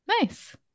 nice